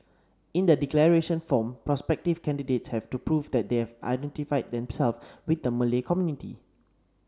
in the declaration form prospective candidates have to prove that they have identified themselves with the Malay community